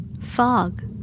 Fog